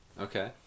Okay